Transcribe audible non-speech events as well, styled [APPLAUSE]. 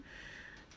[BREATH]